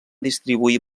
distribuir